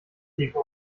deko